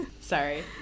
Sorry